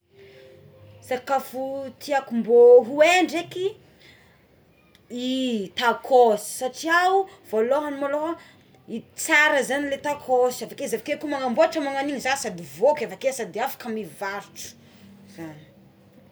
Sakafo tiako mbo ho hay ndreky i takôsy satriao voalohany malôha tsara zany le takôsy avekeo izy avakeo a ko manamboatra sasany voky avekeo ny de afaka mivarotro zany.